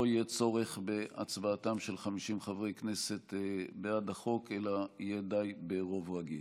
לא יהיה צורך בהצבעתם של 50 חברי כנסת בעד החוק אלא יהיה די ברוב רגיל.